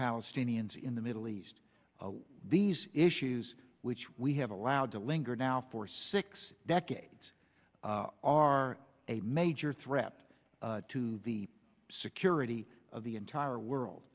palestinians in the middle east these issues which we have allowed to linger now for six decades are a major threat to the security of the entire world